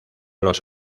los